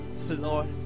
Lord